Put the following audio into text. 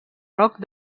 roc